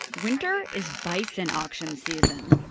winter is bison auction season,